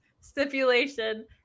stipulation